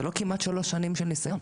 זה לא כמעט שלוש שנים של ניסיון.